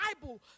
Bible